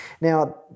Now